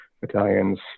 battalions